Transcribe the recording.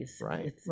Right